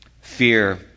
fear